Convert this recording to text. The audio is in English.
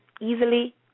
easily